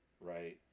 right